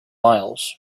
miles